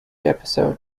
episode